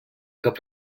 cap